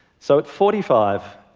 so at forty five,